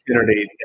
opportunity